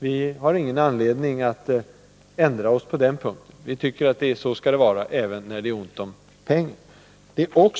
Vi har ingen anledning att ändra oss på den punkten. Vi tycker att det skall vara så även när det är ont om pengar.